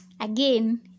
again